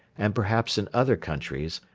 and perhaps in other countries,